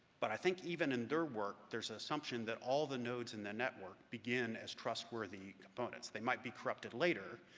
but i think even in their work there's an assumption that all the nodes in the network begin as trustworthy components. they might be corrupted later,